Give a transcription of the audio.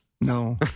No